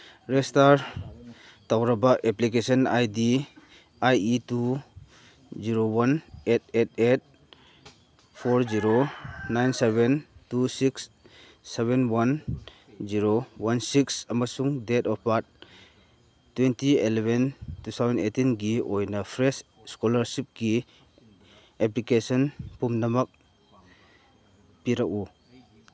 register ꯇꯧꯔꯕ application I D I E two zero one eight eight eight four zero nine seven two six seven one zero one six ꯑꯃꯁꯨꯡ date of birth twenty eleven two thousand ꯑꯦꯠꯇꯤꯟꯒꯤ ꯑꯣꯏꯅ fresh ꯏꯁꯀꯣꯂꯥꯔꯁꯤꯞꯀꯤ application ꯄꯨꯝꯅꯃꯛ ꯄꯤꯔꯛꯎ